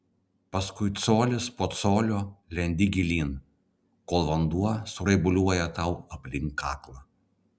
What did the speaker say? paskui colis po colio lendi gilyn kol vanduo suraibuliuoja tau aplink kaklą